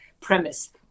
premise